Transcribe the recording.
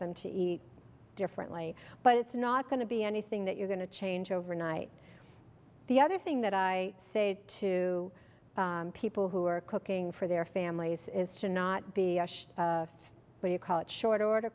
them to eat differently but it's not going to be anything that you're going to change overnight the other thing that i say to people who are cooking for their families is to not be what you call it short order